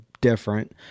different